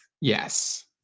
Yes